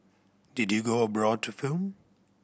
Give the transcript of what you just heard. did you go abroad to film